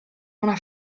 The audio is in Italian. una